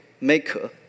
maker